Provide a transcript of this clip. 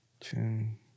June